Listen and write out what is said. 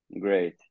great